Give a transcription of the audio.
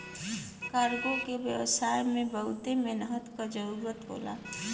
cargo के व्यवसाय में बहुत मेहनत क जरुरत होला